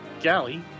galley